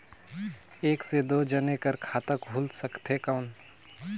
एक से दो जने कर खाता खुल सकथे कौन?